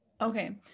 Okay